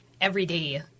everyday